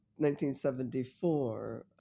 1974